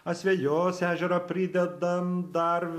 asvejos ežerą pridedam dar